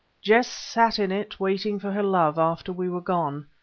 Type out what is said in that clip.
jess sat in it waiting for her love after we were gone.